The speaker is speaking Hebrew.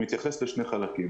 הוא מתייחס לשני חלקים.